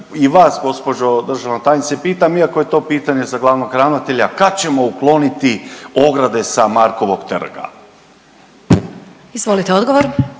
i vas gđo. državna tajnice pitam iako je to pitanje za glavnog ravnatelja, kad ćemo ukloniti ograde sa Markovog trga? **Glasovac,